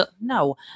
No